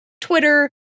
Twitter